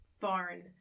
barn